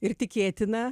ir tikėtina